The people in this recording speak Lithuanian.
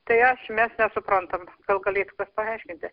tai aš mes nesuprantam gal galėtų kas paaiškinti